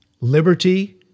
liberty